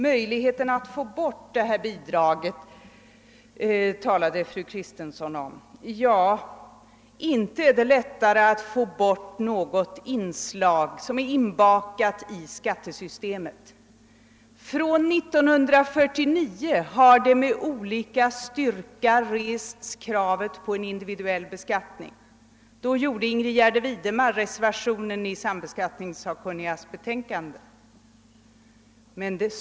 Fru Kristensson talade om möjligheten att avskaffa detta bidrag. Ja, inte är det lättare att få bort något som är inbakat i skattesystemet. Från 1949 har det med olika styrka rests krav på en individuell beskattning. Då gjorde fru Ingrid Gärde Widemar en reservation i sambeskattningssakkunnigas betänkande.